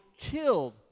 killed